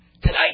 Tonight